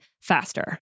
faster